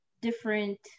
different